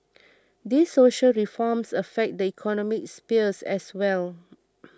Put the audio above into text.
these social reforms affect the economic spheres as well